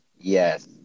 Yes